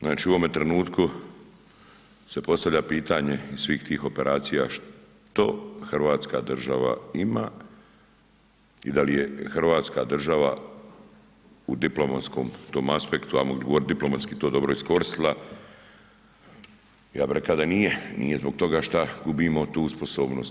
Znači, u ovome trenutku se postavlja pitanje iz svih tih operacija što hrvatska država ima i dal je hrvatska država u diplomatskom tom aspektu, ajmo odgovorit diplomatski to dobro iskoristila, ja bi reka da nije, nije zbog toga šta gubimo tu sposobnost.